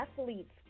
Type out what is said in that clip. athlete's